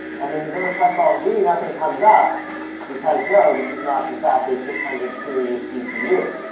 and when you go to press alt z, nothing comes up because, no, this is not in fact a six hundred series gpu.